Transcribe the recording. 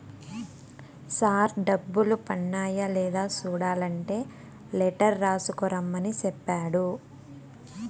sir డబ్బులు పన్నాయ లేదా సూడలంటే లెటర్ రాసుకు రమ్మని సెప్పాడు